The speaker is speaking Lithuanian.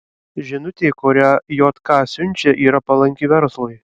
žinutė kurią jk siunčia yra palanki verslui